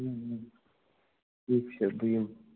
ٹھیٖک چھا بہٕ یِمہٕ